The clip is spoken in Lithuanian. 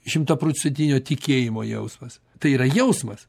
šimtaprocentinio tikėjimo jausmas tai yra jausmas